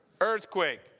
earthquake